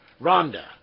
Rhonda